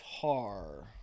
Tar